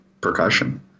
percussion